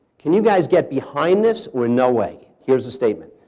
can you guys get behind this or no way? here's the statement,